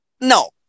no